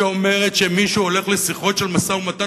שאומרת שמי שהולך לשיחות של משא-ומתן